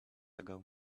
ago